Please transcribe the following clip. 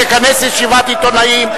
תכנס ישיבת עיתונאים,